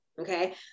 Okay